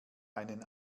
einen